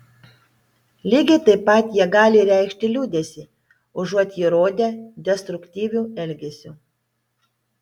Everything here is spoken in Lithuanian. lygiai taip pat jie gali reikšti liūdesį užuot jį rodę destruktyviu elgesiu